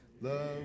Love